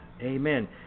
Amen